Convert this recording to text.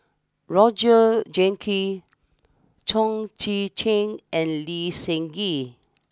Roger Jenkins Chong Tze Chien and Lee Seng Gee